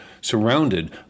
surrounded